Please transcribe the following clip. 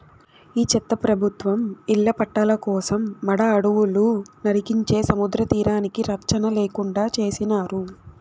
ఈ చెత్త ప్రభుత్వం ఇళ్ల పట్టాల కోసం మడ అడవులు నరికించే సముద్రతీరానికి రచ్చన లేకుండా చేసినారు